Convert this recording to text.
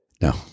no